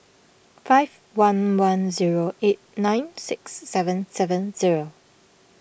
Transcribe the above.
five one one zero eight nine six seven seven zero